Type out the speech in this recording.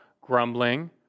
grumbling